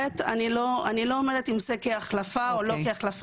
אני לא אומרת כרגע אם זה החלפה או לא החלפה.